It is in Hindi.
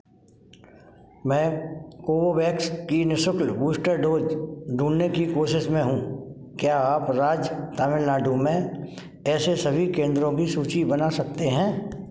मैं कोवोवैक्स की निः शुल्क बूस्टर डोज़ ढूँढने की कोशिश में हूँ क्या आप राज्य तमिलनाडु में ऐसे सभी केंद्रों की सूची बना सकते हैं